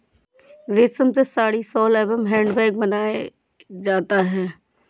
रेश्म से साड़ी, शॉल एंव हैंड बैग बनाया जाता है